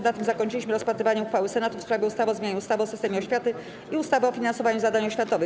Na tym zakończyliśmy rozpatrywanie uchwały Senatu w sprawie ustawy o zmianie ustawy o systemie oświaty i ustawy o finansowaniu zadań oświatowych.